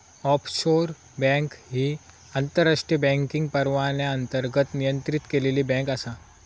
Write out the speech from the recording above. offshore bank ही आंतरराष्ट्रीय banking परवान्याअंतर्गत नियंत्रित केलेली बँक आसा